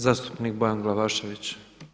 Zastupnik Bojan Glavašević.